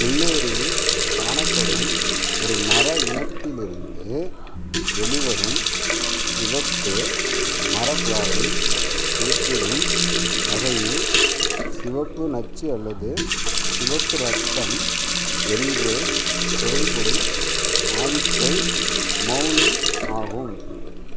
உள்ளூரில் காணப்படும் ஒரு மர இனத்திலிருந்து வெளிவரும் சிவப்பு மரப்பாலைக் குறிப்பிடும் வகையில் சிவப்பு நச்சு அல்லது சிவப்பு ரத்தம் என்று பொருள்படும் ஆதிச் சொல் மௌலிங் ஆகும்